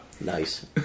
Nice